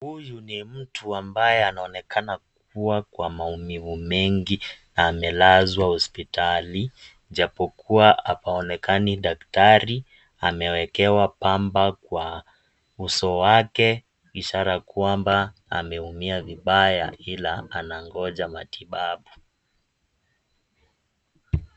Huyu ni mtu ambaye anaonekana kuwa kwa maumivu mengi, amelazwa hospitali japokuwa hapaonekani daktari, amewekewa pamba kwa uso wake ishara kwamba ameumia vibaya ila anaongoja matibabu.